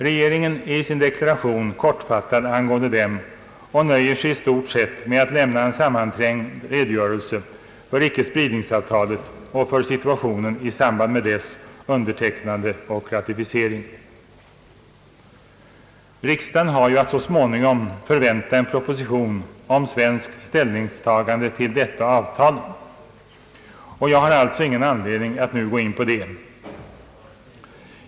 Regeringen är i sin deklaration kortfattad angående dem och nöjer sig i stort sett med att lämna en sammanträngd redogörelse för icke-spridningsavtalet och för situationen i samband med dess undertecknande och ratificering. Riksdagen har ju att så småningom förvänta en proposition om svenskt ställningstagande till detta avtal, och jag har alltså ingen anledning att nu gå in på det.